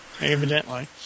Evidently